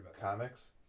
comics